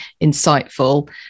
insightful